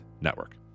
Network